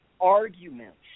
arguments